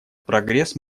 прогресс